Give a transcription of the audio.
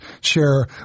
share